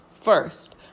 First